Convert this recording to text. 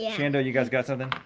yeah shando, you guys got something?